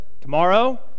tomorrow